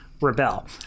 rebel